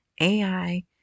AI